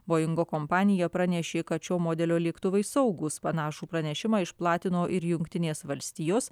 boingo kompanija pranešė kad šio modelio lėktuvai saugūs panašų pranešimą išplatino ir jungtinės valstijos